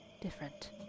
different